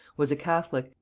was a catholic,